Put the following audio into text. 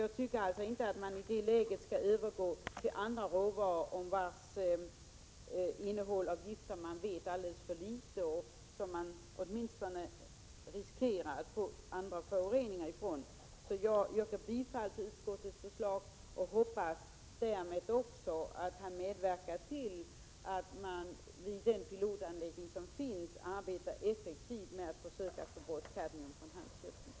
Jag anser alltså att vi i det läget inte bör övergå till andra råvaror, om vilkas innehåll av gifter vi vet alldeles för litet och av vilka vi i varje fall riskerar att få andra föroreningar. Jag yrkar alltså bifall till utskottets hemställan. Jag hoppas att jag därmed också medverkar till att man vid denna pilotanläggning arbetar effektivt för att få fram ett handelsgödsel fritt från kadmium.